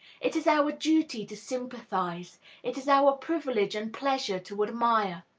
it is our duty to sympathize it is our privilege and pleasure to admire.